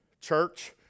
church